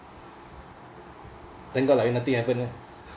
thank god lah nothing happen loh